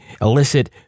elicit